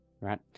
Right